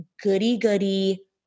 goody-goody